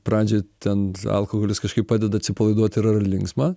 pradžioj ten alkoholis kažkaip padeda atsipalaiduot ir yra linksma